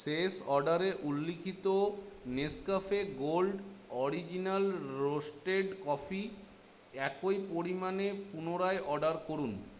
শেষ অর্ডারে উল্লিখিত Nescafe gold original roasted coffee একই পরিমাণে পুনরায় অর্ডার করুন